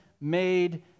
made